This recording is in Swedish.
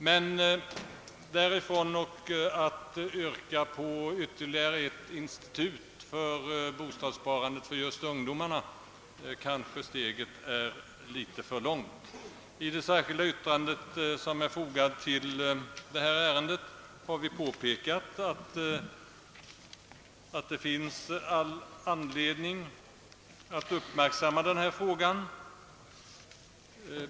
Men därifrån till att yrka på ytterligare ett institut för just ungdomarnas bostadssparande är kanske steget litet för långt. I det särskilda yttrande som är fogat till utskottsutlåtandet har vi påpekat att det finns all anledning att uppmärksamma denna fråga.